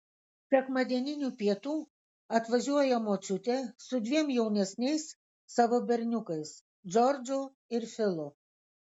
sekmadieninių pietų atvažiuoja močiutė su dviem jaunesniais savo berniukais džordžu ir filu